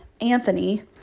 Anthony